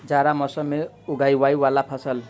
जाड़ा मौसम मे उगवय वला फसल?